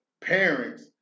parents